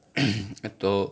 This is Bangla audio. তো